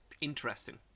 interesting